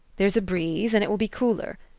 there's a breeze, and it will be cooler.